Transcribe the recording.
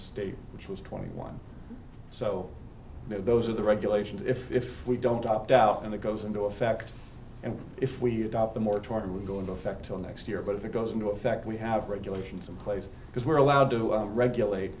state which was twenty one so those are the regulations if we don't opt out and it goes into effect and if we adopt the moratorium we go into effect till next year but if it goes into effect we have regulations in place because we're allowed to regulate